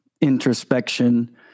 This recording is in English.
introspection